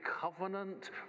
covenant